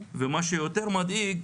מה שיותר מדאיג